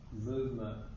movement